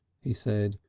he said.